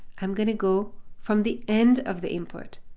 i'm going to go from the end of the input.